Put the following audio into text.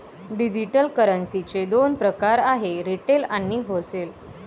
digital करन्सीचे दोन प्रकार आहेत रिटेल आणि होलसेल